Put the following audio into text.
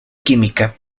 química